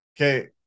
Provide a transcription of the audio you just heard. Okay